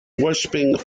worshipping